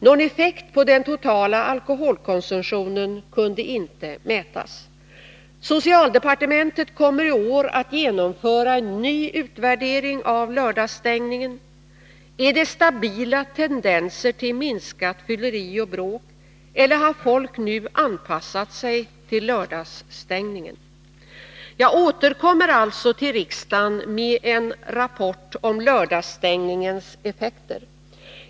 Någon effekt på den totala alkoholkonsumtionen kunde inte Socialdepartementet kommer i år att genomföra en ny utvärdering av lördagsstängningen. Är det stabila tendenser till minskat fylleri och bråk? Eller har folk nu ”anpassat sig” till lördagsstängningen? Jag återkommer alltså till riksdagen med en rapport om lördagsstängningens effekter.